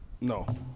no